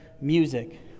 music